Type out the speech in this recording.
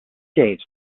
gaze